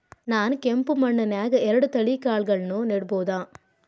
ನಾನ್ ಕೆಂಪ್ ಮಣ್ಣನ್ಯಾಗ್ ಎರಡ್ ತಳಿ ಕಾಳ್ಗಳನ್ನು ನೆಡಬೋದ?